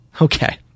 Okay